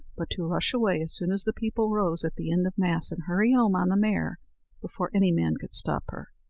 but to rush away as soon as the people rose at the end of mass, and hurry home on the mare before any man could stop her.